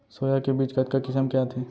Soya के बीज कतका किसम के आथे?